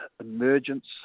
emergence